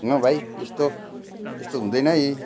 न भाइ यस्तो यस्तो हुँदैन है